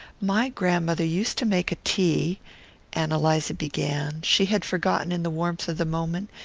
my grandmother used to make a tea ann eliza began she had forgotten, in the warmth of the moment,